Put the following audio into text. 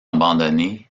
abandonné